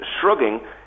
shrugging